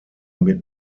mit